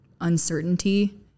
uncertainty